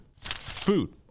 food